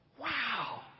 Wow